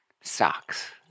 Socks